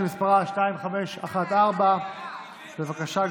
שמספרה 2514. בבקשה,